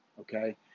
okay